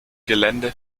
gelände